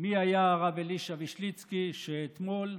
מי היה הרב אלישע וישליצקי, שאתמול,